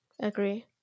Agree